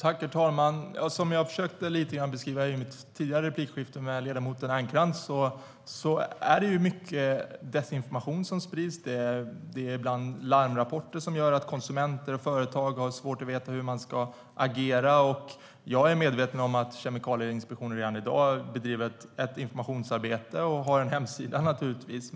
Herr talman! Som jag försökte säga i mitt replikskifte med ledamoten Ernkrans sprids det mycket desinformation. Det förekommer ibland larmrapporter som gör att konsumenter och företag har svårt att veta hur de ska agera. Jag är medveten om att Kemikalieinspektionen redan i dag bedriver ett informationsarbete och naturligtvis att de har en hemsida.